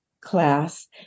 class